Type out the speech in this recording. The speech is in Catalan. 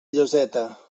lloseta